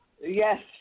Yes